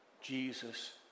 Jesus